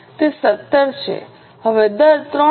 તે 17 છે હવે દર 3